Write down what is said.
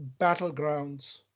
Battlegrounds